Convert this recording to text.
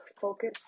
focus